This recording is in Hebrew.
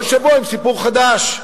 כל שבוע עם סיפור חדש.